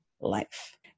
life